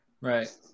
Right